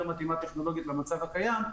לדייק: